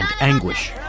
anguish